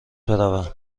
بروم